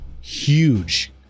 huge